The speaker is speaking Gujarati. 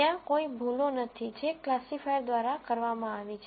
ત્યાં કોઈ ભૂલો નથી જે ક્લાસિફાયર દ્વારા કરવામાં આવી છે